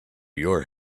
your